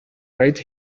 right